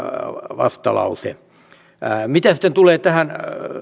vastalause mitä sitten tulee tähän